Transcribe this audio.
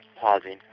pausing